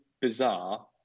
bizarre